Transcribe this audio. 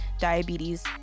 diabetes